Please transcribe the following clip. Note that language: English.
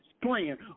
plan